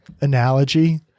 analogy